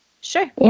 Sure